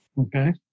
Okay